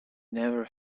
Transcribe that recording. never